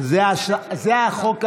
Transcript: זה החוק האחרון,